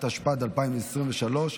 התשפ"ד 2023,